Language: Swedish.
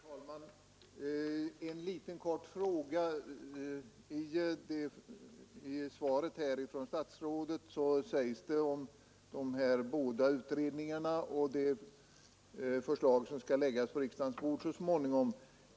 Herr talman! En kort fråga! I svaret från statsrådet talas det om två utredningar och om de förslag som så småningom skall läggas på riksdagens bord.